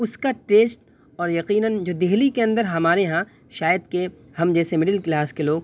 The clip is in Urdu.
اس كا ٹیسٹ اور یقیناً جو دہلی كے اندر ہمارے یہاں شاید کہ ہم جیسے مڈل کلاس کے لوگ